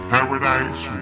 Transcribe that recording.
Paradise